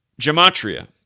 Gematria